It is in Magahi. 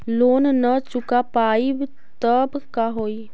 लोन न चुका पाई तब का होई?